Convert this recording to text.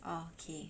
oh okay